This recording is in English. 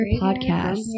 Podcast